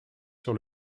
sur